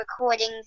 recording